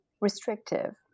restrictive